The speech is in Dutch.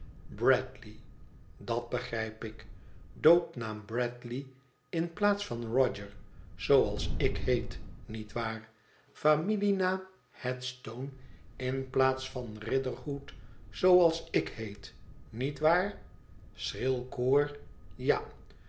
ibradley dat begrijp ik doopnaam bradley in plaats vanroger zooals ik heet niet waar familienaam headstone in plaats van riderhood zooals ik heet niet waar schril koor ja